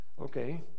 Okay